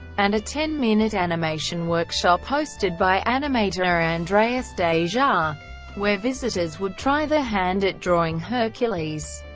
and a ten-minute animation workshop hosted by animator andreas deja where visitors would try their hand at drawing hercules.